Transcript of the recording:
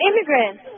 immigrant